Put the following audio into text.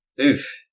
Oof